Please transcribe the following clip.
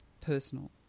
personal